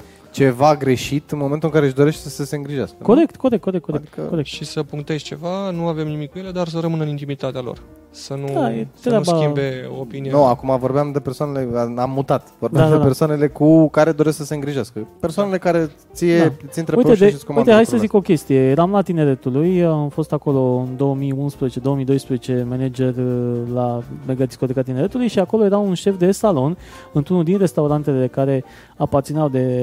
ceva greșit în momentul în care își dorește să se îngrijească, nu? Corect, corect, corect, corect, Adică- corect. Și să punctezi ceva, nu avem nimic cu ele, dar să rămână în intimitatea lor. Să Da, nu- e să nu treaba- schimbe opinia. No, acum vorbeam de persoanele- am mutat. Vorbeam Da, de da, da. persoanele cu care doresc să se îngrijească. Da. Persoanele care ție- Da. ți-intră pe Uite ușă de- și îți comandă uite, hai să lucrul zic ăsta. o chestie. Eram la Tineretului, am fost acolo în 2011, 2012 manager, ă, la Megadiscoteca Tineretului și acolo era un șef de salon într-unul din restaurantele care aparțineau de